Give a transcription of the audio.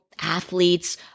athletes